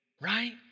Right